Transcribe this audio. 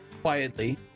Quietly